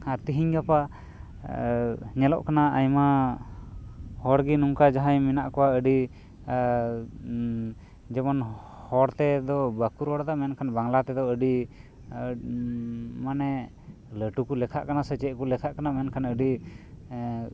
ᱛᱮᱦᱮᱧ ᱜᱟᱯᱟ ᱧᱮᱞᱚᱜ ᱠᱟᱱᱟ ᱟᱭᱢᱟ ᱦᱚᱲ ᱜᱮ ᱱᱚᱝᱠᱟ ᱡᱟᱦᱟᱸᱭ ᱢᱮᱱᱟᱜ ᱠᱚᱣᱟ ᱟᱹᱰᱤ ᱡᱮᱢᱚᱱ ᱦᱚᱲ ᱛᱮᱫᱚ ᱵᱟᱠᱚ ᱨᱚᱲ ᱫᱟ ᱢᱮᱱᱠᱷᱟᱱ ᱵᱟᱝᱞᱟ ᱛᱮᱫᱚ ᱟᱹᱰᱤ ᱢᱟᱱᱮ ᱞᱟᱹᱴᱩ ᱠᱚ ᱞᱮᱠᱷᱟᱜ ᱠᱟᱱᱟ ᱥᱮ ᱪᱮᱜ ᱠᱚ ᱞᱮᱠᱷᱟᱜ ᱠᱟᱱᱟ ᱢᱮᱱᱠᱷᱟᱱ ᱟᱹᱰᱤ